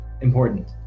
important